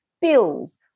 bills